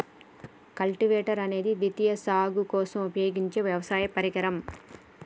cultivator అనేది ద్వితీయ సాగు కోసం ఉపయోగించే వ్యవసాయ పరికరం